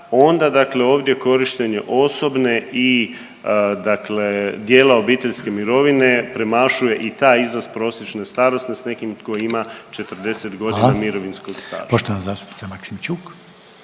dakle ovdje korištenje osobne i dakle dijela obiteljske mirovine premašuje i taj iznos prosječne starosne s nekim tko ima 40 godina mirovinskog staža.